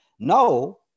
No